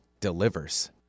delivers